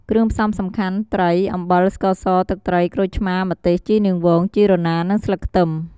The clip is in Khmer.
គ្រឿងផ្សំសំខាន់ ត្រី អំបិល ស្ករស ទឹកត្រី ក្រូចឆ្មារ ម្ទេស ជីនាងវង ជីរណា និងស្លឹកខ្ទឹម។